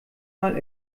mal